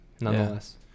nonetheless